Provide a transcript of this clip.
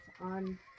on